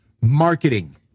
marketing